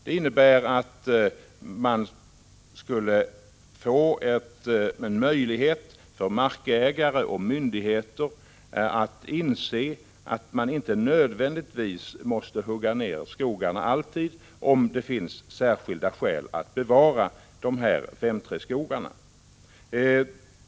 Det innebär att markägare och myndigheter lättare skulle kunna inse att den enskilde skogsägaren inte nödvändigtvis måste hugga ned 5:3-skogarna om det finns särskilda skäl att bevara dem.